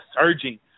surging